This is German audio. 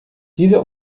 diese